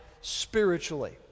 Spiritually